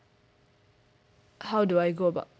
how do I go about